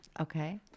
Okay